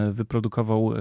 wyprodukował